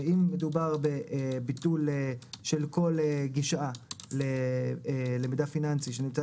ואם מדובר בביטול של כל גישה למידע פיננסי שנמצא